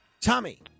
Tommy